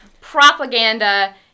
propaganda